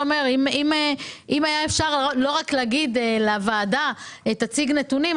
שאם היה אפשר לא רק להגיד לוועדה להציג נתונים,